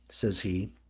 says he,